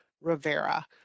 Rivera